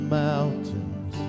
mountains